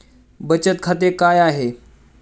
बचत खाते काय आहे?